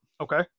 Okay